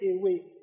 away